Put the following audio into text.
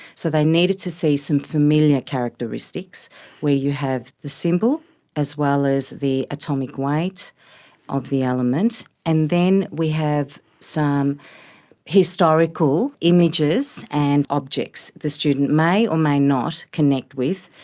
so they needed to see some familiar characteristics where you have the symbol as well as the atomic weight of the element. and then we have some historical images and objects the student may or may not connect with,